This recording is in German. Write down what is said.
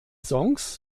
songs